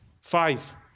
Five